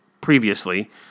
previously